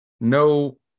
no